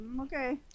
Okay